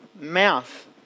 mouth